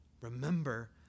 Remember